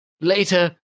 later